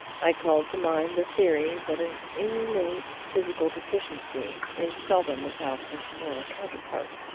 i called to mind the theory that an innate physical deficiency is seldom without its moral counterpart,